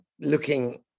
looking